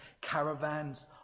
caravans